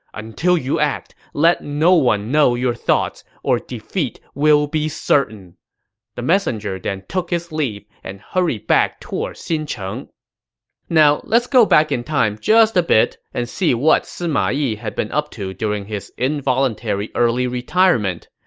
until you act, let no one know your thoughts, or defeat would be certain the messenger then took his leave and hurried back toward xincheng now, let's go back in time just a bit and see what sima yi had been up to during his involuntary early retirement.